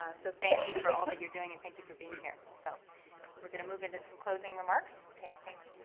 ah so thank you for all that you're doing and thank you for being here. so we're going to move into some closing remarks. okay, thanks,